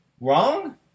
wrong